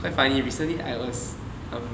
quite funny recently I was um